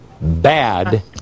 bad